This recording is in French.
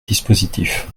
dispositif